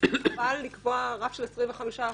חבל לקבוע רף של 25%,